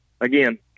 Again